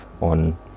on